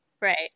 Right